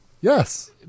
Yes